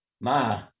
Ma